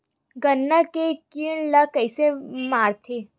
गन्ना के कीट ला कइसे मारथे?